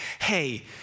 hey